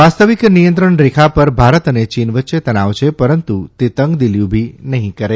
વાસ્તવિક નિયંત્રણ રેખા પર ભારત અને ચીન વચ્ચે તનાવ છે પરંતુ તે તંગદિલી ઉભી નહીં કરે